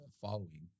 following